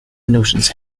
notions